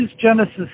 genesis